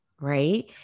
Right